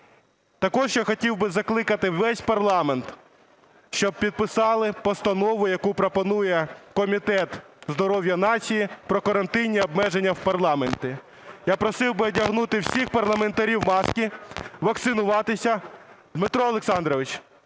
Також я хотів би закликати весь парламент, щоб підписали постанову, яку пропонує комітет здоров'я нації, про карантинні обмеження в парламенті. Я просив би одягнути всіх парламентарів маски, вакцинуватися. Дмитро Олександрович,